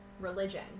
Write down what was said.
religion